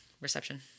reception